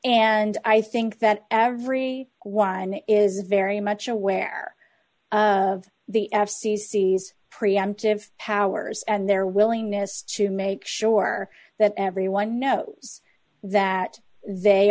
and i think that every one is very much aware of the f c c these preemptive powers and their willingness to make sure that everyone know that they